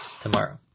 tomorrow